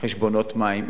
חשבונות המים,